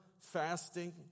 fasting